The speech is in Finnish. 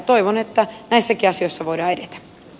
toivon että näissäkin asioissa voidaan edetä